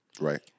Right